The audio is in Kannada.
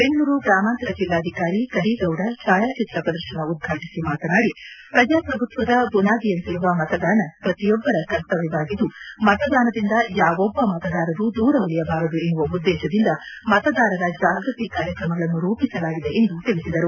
ಬೆಂಗಳೂರು ಗ್ರಾಮಾಂತರ ಜಿಲ್ಲಾಧಿಕಾರಿ ಕರೀಗೌಡ ಛಾಯಾಚಿತ್ರ ಪ್ರದರ್ಶನ ಉದ್ಘಾಟಿಸಿ ಮಾತನಾಡಿ ಪ್ರಜಾಪ್ರಭುತ್ವದ ಬುನಾದಿಯಂತಿರುವ ಮತದಾನ ಪ್ರತಿಯೊಬ್ಬರ ಕರ್ತವ್ಯವಾಗಿದ್ದು ಮತದಾನದಿಂದ ಯಾವೊಬ್ಬ ಮತದಾರರು ದೂರ ಉಳಿಯಬಾರದು ಎನ್ನುವ ಉದ್ದೇಶದಿಂದ ಮತದಾರರ ಜಾಗೃತಿ ಕಾರ್ಕಕಮಗಳನ್ನು ರೂಪಿಸಲಾಗಿದೆ ಎಂದು ತಿಳಿಸಿದರು